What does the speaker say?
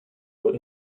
were